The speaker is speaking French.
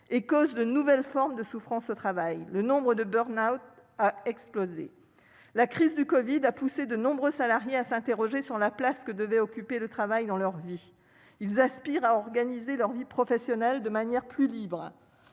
et cause de nouvelles formes de souffrance au travail ; ainsi le nombre de burn-out a-t-il explosé. La crise du covid a poussé de nombreux salariés à s'interroger sur la place que devait occuper le travail dans leur vie. Ceux-ci aspirent à organiser leur vie professionnelle de manière plus libre,